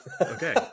Okay